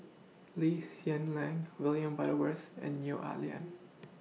Lee Hsien Lam William Butterworth and Neo Ah Lian